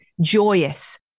joyous